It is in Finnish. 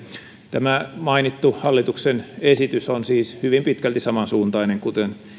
tämä mainittu hallituksen esitys on siis hyvin pitkälti samansuuntainen kuten